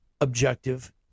objective